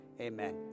Amen